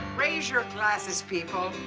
raise your glasses, people.